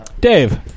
Dave